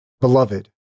Beloved